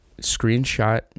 screenshot